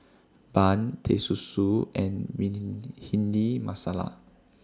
Bun Teh Susu and Bhindi Masala